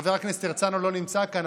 חבר הכנסת הרצנו לא נמצא כאן,